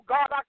God